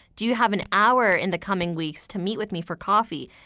do you have an hour in the coming weeks to meet with me for coffee?